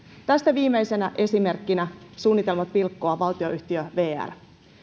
tästä viimeisenä esimerkkinä suunnitelmat pilkkoa valtionyhtiö vr